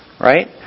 right